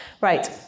Right